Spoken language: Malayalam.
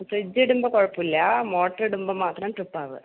ഫ്രിഡ്ജ് ഇടുമ്പം കുഴപ്പമില്ല മോട്ടറ് ഇടുമ്പം മാത്രം ട്രിപ്പ് ആവുകയാണ്